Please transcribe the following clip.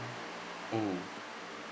mm